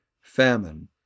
famine